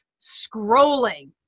scrolling